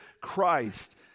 Christ